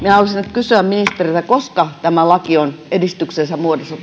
kysyä ministeriltä koska tämä laki on edistyksellisessä muodossa